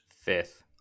Fifth